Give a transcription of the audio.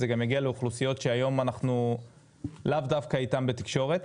זה גם יגיע לאוכלוסיות שהיום אנחנו לאו דווקא איתם בתקשורת